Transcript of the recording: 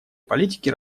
политики